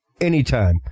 anytime